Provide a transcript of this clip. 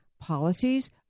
policies